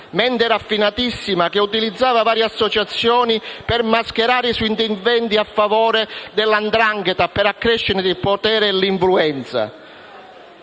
mente raffinatissima che utilizzava varie associazioni per mascherare i suoi interventi in favore della 'ndrangheta per accrescerne il potere e l'influenza.